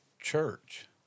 church